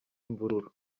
imvururu